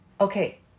okay